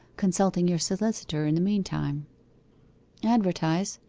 consulting your solicitor in the meantime advertise.